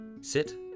sit